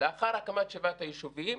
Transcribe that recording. המדינה, לאחר הקמת שבעת היישובים,